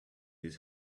his